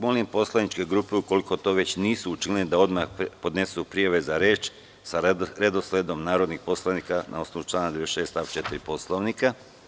Molim poslaničke grupe ukoliko to već nisu učinile da odmah podnesu prijave za reč, sa redosledom narodnih poslanika na osnovu člana 96. stav 4. Poslovnika.